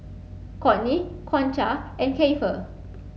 Cortney Concha and Keifer